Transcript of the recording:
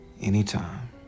Anytime